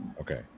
Okay